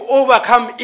overcome